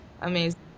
Amazing